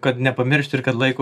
kad nepamiršt ir kad laiko